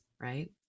right